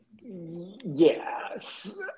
Yes